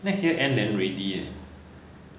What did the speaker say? next year then ready eh